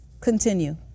continue